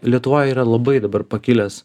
lietuvoj yra labai dabar pakilęs